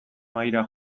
mahaira